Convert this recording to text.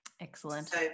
Excellent